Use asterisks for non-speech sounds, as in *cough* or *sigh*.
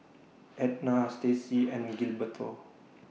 Edna Staci and *noise* Gilberto